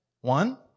one